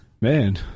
man